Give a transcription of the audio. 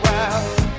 Wow